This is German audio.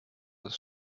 das